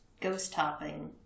ghost-topping